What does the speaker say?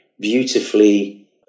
beautifully